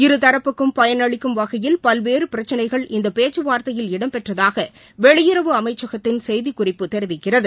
இருதரப்புக்கும் பயனளிக்கும் வகையில் பல்வேறு பிரச்சனைகள் இந்த பேச்சுவார்த்தையில் இடம் பெற்றதாக வெளியுறவு அமைச்சகத்தின் செய்திக் குறிப்பு தெரிவிக்கிறது